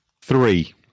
Three